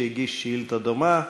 שהגיש שאילתה דומה,